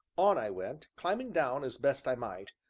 on i went, climbing down as best i might,